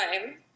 time